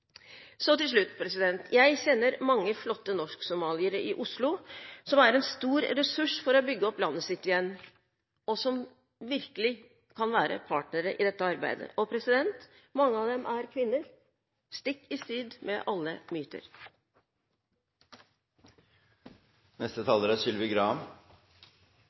Til slutt: Jeg kjenner mange flotte norsksomaliere i Oslo som er en stor ressurs for å bygge opp landet sitt igjen, og som virkelig kan være partnere i dette arbeidet. Og mange av dem er kvinner, stikk i strid med alle